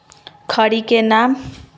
खड़ी के नाम?